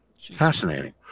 Fascinating